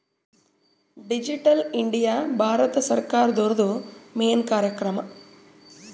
digital India Bharat ಸರ್ಕಾರ್ದೊರ್ದು main ಕಾರ್ಯಕ್ರಮ